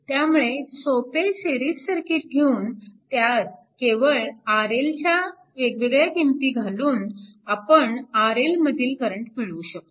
त्यामुळे सोपे series circuit घेऊन त्यात केवळ RL च्या वेगवेगळ्या किंमती घालून आपण RL मधील करंट मिळवू शकतो